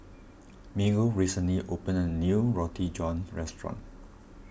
Miguel recently opened a new Roti John restaurant